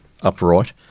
upright